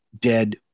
dead